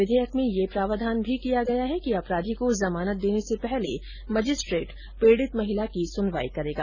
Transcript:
विधेयक में ये प्रावधान भी किया गया है कि अपराधी को जमानत देने से पहले मजिस्ट्रेट पीडित महिला की सुनवाई करेगा